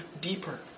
deeper